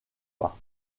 pas